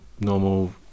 normal